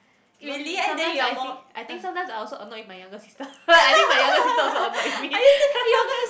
even sometimes I think I think sometimes I also annoyed with my younger sister I think my younger sister also annoyed with me